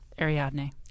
Ariadne